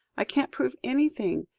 i can't prove anything.